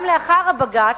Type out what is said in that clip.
גם לאחר הבג"ץ,